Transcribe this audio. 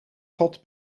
god